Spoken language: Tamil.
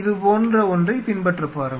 இது போன்ற ஒன்றைப் பின்பற்றப்பாருங்கள்